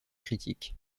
critiques